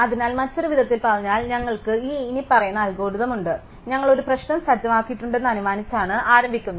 അതിനാൽ മറ്റൊരു വിധത്തിൽ പറഞ്ഞാൽ ഞങ്ങൾക്ക് ഈ ഇനിപ്പറയുന്ന അൽഗോരിതം ഉണ്ട് അതിനാൽ ഞങ്ങൾ ഒരു പ്രശ്നം സജ്ജമാക്കിയിട്ടുണ്ടെന്ന് അനുമാനിച്ചാണ് ഞങ്ങൾ ആരംഭിക്കുന്നത്